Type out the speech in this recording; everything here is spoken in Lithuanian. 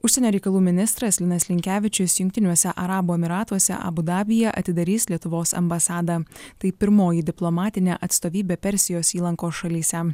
užsienio reikalų ministras linas linkevičius jungtiniuose arabų emyratuose abu dabyje atidarys lietuvos ambasadą tai pirmoji diplomatinė atstovybė persijos įlankos šalyse